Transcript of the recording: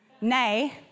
Nay